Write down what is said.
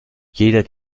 jeder